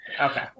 Okay